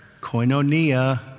Koinonia